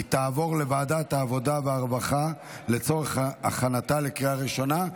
תעבור לוועדת העבודה והרווחה לצורך הכנתה לקריאה ראשונה,